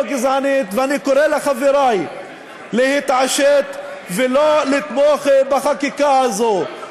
גזענית ואני קורא לחברי להתעשת ולא לתמוך בחקיקה הזאת,